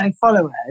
followers